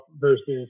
versus